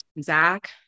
Zach